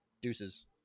deuces